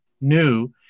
new